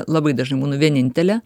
labai dažnai būnu vienintelė